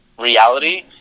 reality